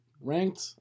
ranked